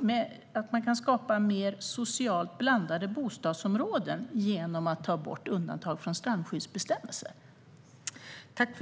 med att man kan skapa mer socialt blandade bostadsområden genom att göra undantag från strandskyddsbestämmelser?